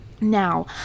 Now